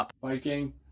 Viking